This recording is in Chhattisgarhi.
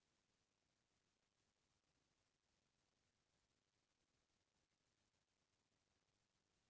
सरकार ल नाली बनाए म, रद्दा बनाए म, गारडन बनाए म पइसा खरचा करे ल परथे